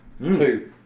Two